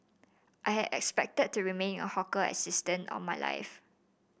I had expected to remain a hawker assistant all my life